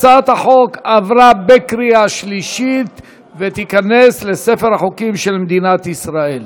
הצעת החוק עברה בקריאה שלישית ותיכנס לספר החוקים של מדינת ישראל.